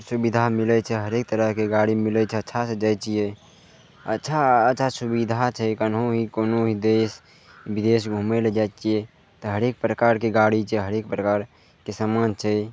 सुविधा मिलय छै हरेक तरहके गाड़ी मिलय छै अच्छासँ जैतियै अच्छा अच्छा सुविधा छै केनिहियो भी कोनोभी देश विदेश घुमय लए जाइ छियै तऽ हरेक प्रकारके गाड़ी छै हरेक प्रकारके सामान छै